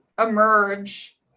emerge